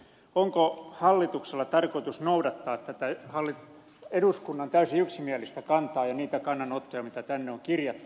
onko hallituksella tarkoitus noudattaa tätä eduskunnan täysin yksimielistä kantaa ja niitä kannanottoja jotka tänne on kirjattu